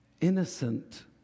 innocent